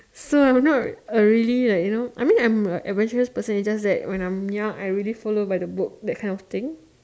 so I'm not really like you know I mean I'm an adventurous person its just that when I'm young I really follow by the book that kind of thing